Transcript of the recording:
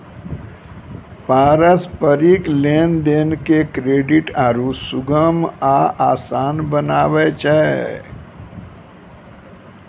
पारस्परिक लेन देन के क्रेडिट आरु सुगम आ असान बनाबै छै